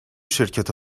شرکت